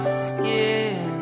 skin